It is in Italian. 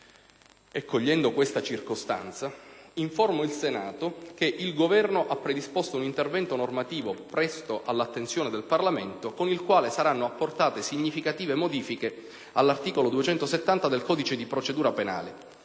e cogliendo questa circostanza, informo il Senato che il Governo ha predisposto un intervento normativo, presto all'attenzione del Parlamento, con il quale saranno apportate significative modifiche all'articolo 270 del codice di procedura penale.